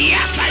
Yes